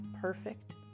perfect